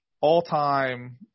all-time